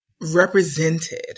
represented